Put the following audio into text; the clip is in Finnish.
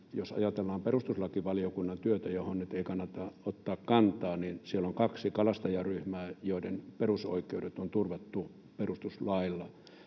jos ajatellaan perustuslakivaliokunnan työtä, johon nyt ei kannata ottaa kantaa, niin on kaksi kalastajaryhmää, joiden perusoikeudet on turvattu perustuslailla.